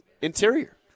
interior